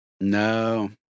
No